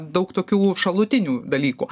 daug tokių šalutinių dalykų